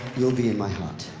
you'll be in my